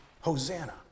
Hosanna